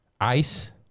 ice